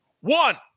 one